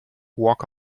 walk